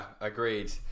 agreed